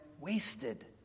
wasted